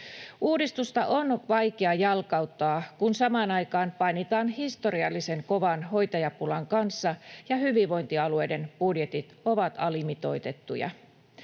Uudistusta on vaikea jalkauttaa, kun samaan aikaan painitaan historiallisen kovan hoitajapulan kanssa ja hyvinvointialueiden budjetit ovat alimitoitettuja.